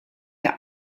der